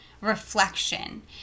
reflection